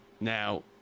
Now